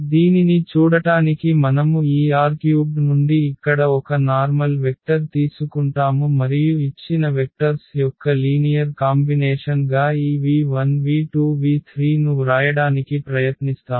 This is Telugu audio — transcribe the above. దీనిని చూడటానికి మనము ఈ R³ నుండి ఇక్కడ ఒక నార్మల్ వెక్టర్ తీసుకుంటాము మరియు ఇచ్చిన వెక్టర్స్ యొక్క లీనియర్ కాంబినేషన్ గా ఈ v1 v2 v3 ను వ్రాయడానికి ప్రయత్నిస్తాము